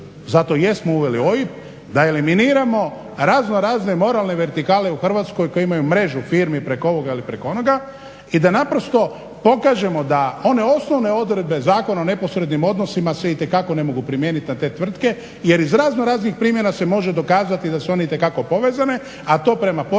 zato i jesmo uveli OIB da eliminiramo razno razne moralne vertikale u Hrvatskoj koje imaju mreži firmi preko ovoga ili preko onoga i da naprosto pokažemo da one osnovne odredbe Zakona o neposrednim odnosima se itekako ne mogu primijeniti na te tvrtke jer iz razno raznih primjera se može dokazati da su one itekako povezane, a to prema poreznim